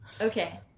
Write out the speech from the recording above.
okay